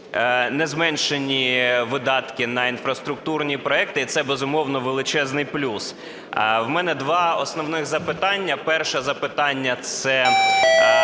Не зменшені видатки на інфраструктурні проекти, і це, безумовно, величезний плюс. У мене два основних запитання. Перше запитання, це